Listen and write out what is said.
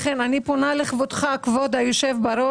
לכן אני פונה לכבודך, כבוד היושב-בראש,